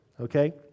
okay